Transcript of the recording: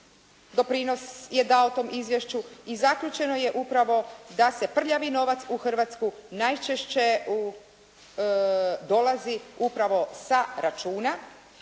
doprinos je dao tom izvješću i zaključeno je upravo da prljavi novac u Hrvatsku najčešće dolazi upravo sa računa,